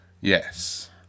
Yes